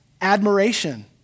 admiration